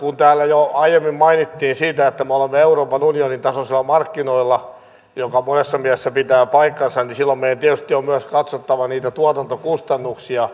kun täällä jo aiemmin mainittiin siitä että me olemme euroopan unionin tasoisilla markkinoilla joka monessa mielessä pitää paikkansa niin silloin meidän tietysti on myös katsottava niitä tuotantokustannuksia